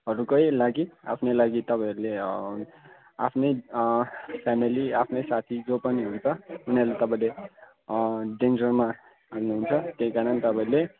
हरूकै लागि आफ्नै लागि तपाईँहरूले आफ्नै फेमेली आफ्नै साथी जो पनि हुन्छ उनीहरूले तपाईँले डेन्जरमा हाल्नु हुन्छ त्यही कारण तपाईँले